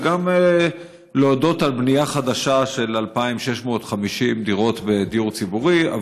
וגם להודות על בנייה חדשה של 2,650 דירות בדיור הציבורי.